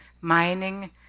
mining